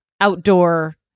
outdoor